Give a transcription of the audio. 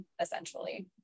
essentially